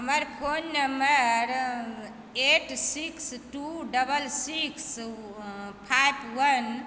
हमर phone number eight six two double six five वन